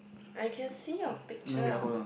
I can see your picture